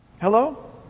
Hello